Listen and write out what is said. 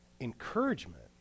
encouragement